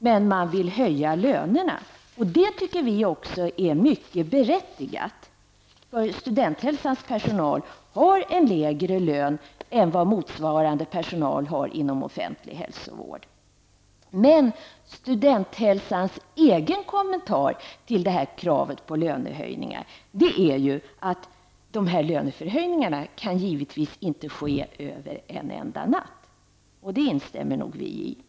Men man vill höja lönerna. Det tycker vi också är mycket berättigat, för studenthälsans personal har en lägre lön än vad motsvarande personal har inom offentlig hälsovård. Men studenthälsans egen kommentar till kravet på lönehöjningar är att löneförhöjningar givetvis inte kan ske över en enda natt. Det instämmer nog vi i.